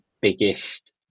biggest